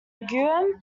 guam